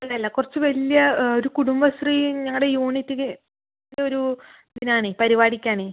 അല്ല അല്ല കുറച്ച് വലിയ ഒരു കുടുംബശ്രീ ഞങ്ങളുടെ യൂണിറ്റില് ഒരു ഇതിന് ആണ് പരിപാടിക്ക് ആണെ